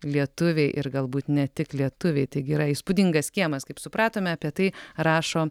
lietuviai ir galbūt ne tik lietuviai taigi yra įspūdingas kiemas kaip supratome apie tai rašo